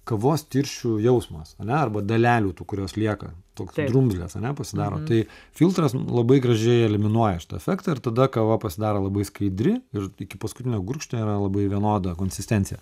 kavos tirščių jausmas ane arba dalelių tų kurios lieka tos drumzlės ane pasidaro tai filtras labai gražiai eliminuoja efektą ir tada kava pasidaro labai skaidri ir iki paskutinio gurkšnio yra labai vienoda konsistencija